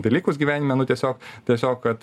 dalykus gyvenime nu tiesiog tiesiog kad